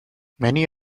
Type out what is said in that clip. many